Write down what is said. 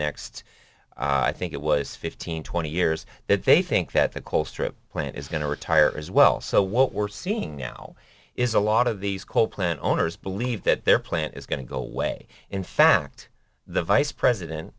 next i think it was fifteen twenty years that they think that the colstrip plant is going to retire as well so what we're seeing now is a lot of these coal plant owners believe that their plant is going to go away in fact the vice president